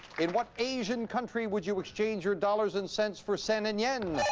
in what asian country would you exchange your dollars and cents for zen and yen?